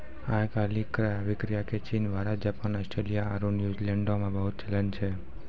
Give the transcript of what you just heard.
आइ काल्हि क्रय अभिक्रय के चीन, भारत, जापान, आस्ट्रेलिया आरु न्यूजीलैंडो मे बहुते चलन छै